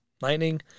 Lightning